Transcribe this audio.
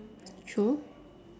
true